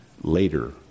later